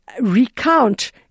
recount